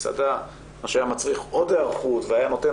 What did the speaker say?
מסעדה מה שהיה מצריך עוד היערכות והיה נותן